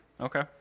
Okay